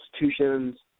institutions